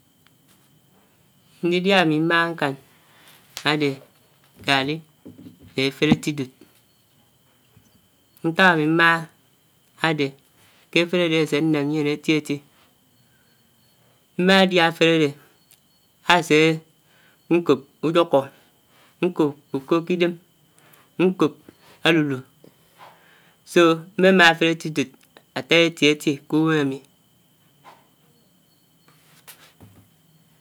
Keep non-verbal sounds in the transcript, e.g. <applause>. Ndiduà ámi mághá nkàn áde garri nefèrè átidot <hesitation> ntàk ámi mághá ádè kè áfèrè ádè ásè nnèm mién èti èti mmádiá áfèrè ádè ásè nkòb uyòkó nkòb ukòh kè idèm nkòb álulu so mmèmà áfèrè átidot átá èti-èti k'uwèm ámi.